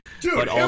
Dude